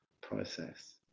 process